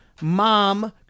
mom